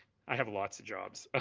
i have lots of jobs ah